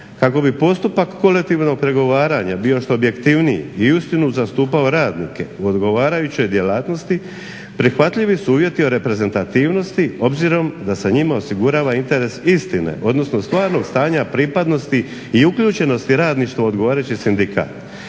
Kako bi postupak kolektivnog pregovaranja bio što objektivniji i uistinu zastupao radnike u odgovarajućoj djelatnosti, prihvatljivi su uvjeti o reprezentativnosti, obzirom da se njima osigurava interes istine. Odnosno stvarnog stanja pripadnosti i uključenosti radništva u odgovarajući sindikat.